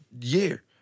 year